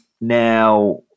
now